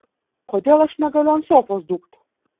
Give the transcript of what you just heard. kodėl aš negaliu ant sofos dūkt